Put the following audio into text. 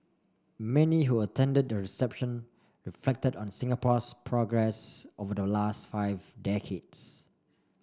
many who attended the reception reflected on Singapore's progress over the last five decades